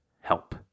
help